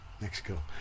Mexico